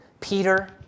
Peter